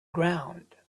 ground